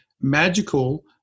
magical